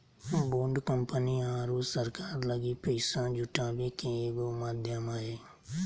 bond company आरो सरकार लगी पैसा जुटावे के एगो माध्यम हइ